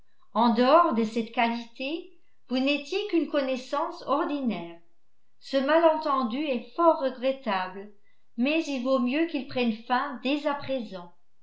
en dehors de cette qualité vous n'étiez qu'une connaissance ordinaire ce malentendu est fort regrettable mais il vaut mieux qu'il prenne fin dès à présent